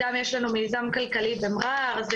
גם יש לנו מיזם כלכלי במע'אר,